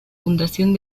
fundación